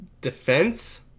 defense